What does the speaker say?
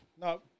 No